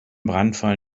brandfall